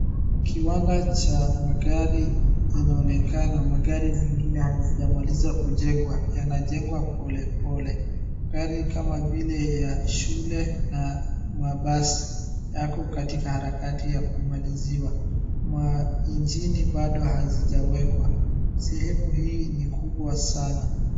Kiwanda cha magari. Magari zingine hazijamalizika kujengwa, yanajengwa polepole. Magari kama ya shule na mabasi yako katika harakati ya kumaliziwa. Ma injini bado haijaekwa, sehemu hii ni kubwa sana.